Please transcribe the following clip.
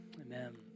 Amen